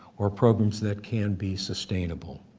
or problems that can be sustainable?